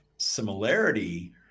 similarity